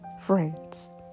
friends